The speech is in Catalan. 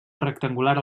rectangular